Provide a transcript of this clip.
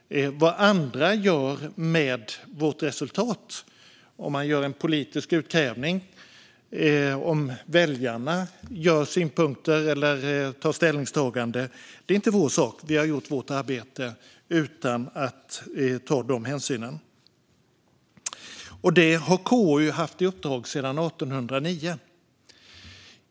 Vad andra gör med vårt resultat - om man gör ett politiskt ansvarsutkrävande eller om väljarna har synpunkter eller ställningstaganden - är inte vår sak. Vi har gjort vårt arbete utan att ta de hänsynen. Detta har KU haft i uppdrag sedan 1809.